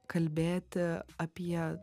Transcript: kalbėti apie